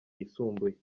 yisumbuye